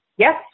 Yes